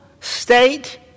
state